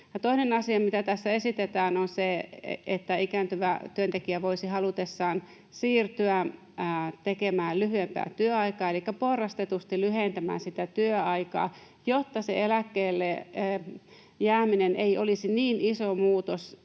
Toinen asia, mitä tässä esitetään, on se, että ikääntyvä työntekijä voisi halutessaan siirtyä tekemään lyhyempää työaikaa elikkä porrastetusti lyhentää sitä työaikaa, jotta se eläkkeelle jääminen ei olisi niin iso muutos